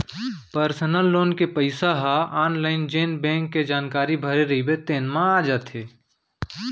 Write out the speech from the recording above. personal loan के पइसा ह आनलाइन जेन बेंक के जानकारी भरे रइबे तेने म आ जाथे